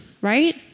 right